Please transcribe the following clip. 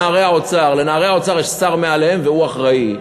"נערי האוצר".